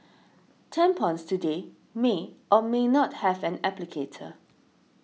tampons today may or may not have an applicator